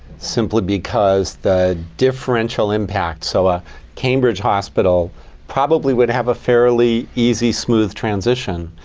simply because that differential impact. so a cambridge hospital probably would have a fairly easy, smooth transition.